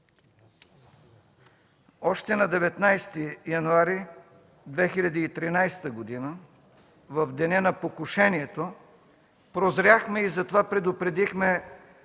Още на 19 януари 2013 г., в деня на покушението, прозряхме и затова предупредихме,